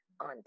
on